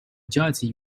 jersey